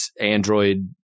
android